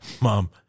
Mom